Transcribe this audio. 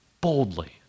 boldly